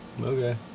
Okay